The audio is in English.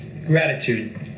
Gratitude